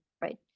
right